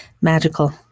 magical